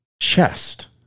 chest